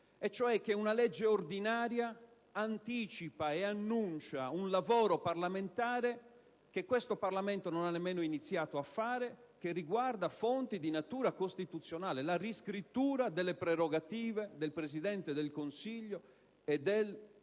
una legge ordinaria anticipa ed annuncia un lavoro legislativo che questo Parlamento non ha nemmeno iniziato a fare e che riguarda fonti di natura costituzionale, la riscrittura delle prerogative del Presidente del Consiglio e del Consiglio